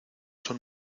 son